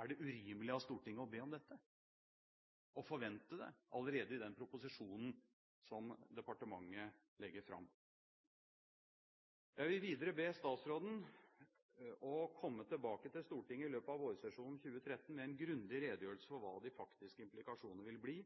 Er det urimelig av Stortinget å be om dette, å forvente det allerede i den proposisjonen som departementet legger fram? Jeg vil videre be statsråden komme tilbake til Stortinget i løpet av vårsesjonen 2013 med en grundig redegjørelse for hva de faktiske implikasjoner vil bli